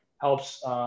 helps